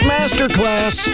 Masterclass